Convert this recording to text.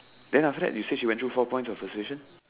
then after that you say she went through four points of persuasion